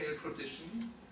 tradition